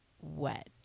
wet